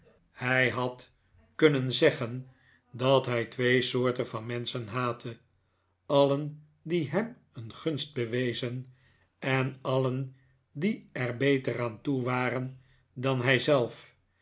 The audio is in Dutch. hij had kunnen zeggen dat hij twee soorten van menschen haatte alien die hem een gunst bewezen en alien die er beter aan toe waren dan hij zelf